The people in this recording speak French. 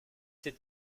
sept